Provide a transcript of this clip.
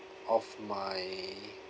of my